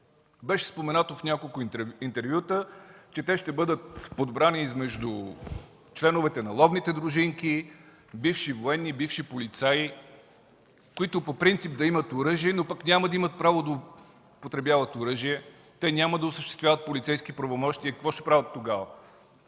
Беше споменато в няколко интервюта, че те ще бъдат подбрани измежду членовете на ловните дружинки, бивши военни, бивши полицаи, които по принцип да имат оръжие, но пък няма да имат право да употребяват оръжие, те няма да осъществяват полицейски правомощия. Какво ще правят тогава?